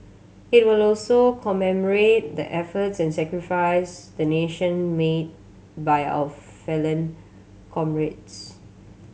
it will also commemorate the efforts and sacrifice the nation made by our fallen comrades